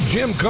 Jim